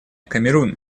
камерун